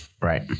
Right